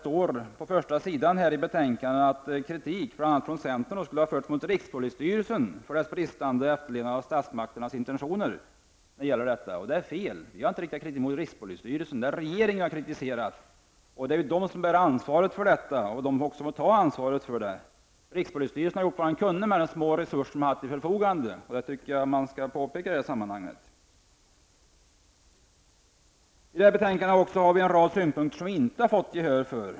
På första sidan i betänkandet står det att bl.a. centern skulle ha fört fram kritik mot rikspolisstyrelsen för dess bristande efterlevnad av statsmakternas intentioner. Det är fel. Vi har inte riktat kritik mot rikspolisstyrelsen, utan vi har kritiserat regeringen som är den som bär ansvaret. Rikspolisstyrelsen har gjort vad den kunnat med de små resurser man har haft till sitt förfogande. Detta är ett viktigt påpekande. Vi har också en rad synpunkter som vi inte har fått gehör för.